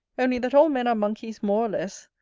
only that all men are monkeys more or less,